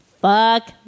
Fuck